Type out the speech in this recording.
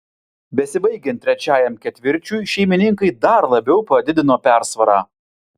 besibaigiant trečiajam ketvirčiui šeimininkai dar labiau padidino persvarą